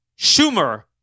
Schumer